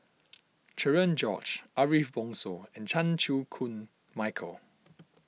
Cherian George Ariff Bongso and Chan Chew Koon Michael